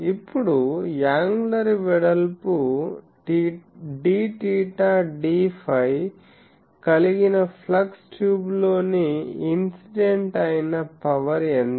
ఇప్పుడు యాంగులర్ వెడల్పు dθ dφ కలిగిన ఫ్లక్స్ ట్యూబ్లోని ఇన్సిడెంట్ అయిన పవర్ ఎంత